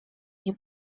nie